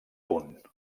punt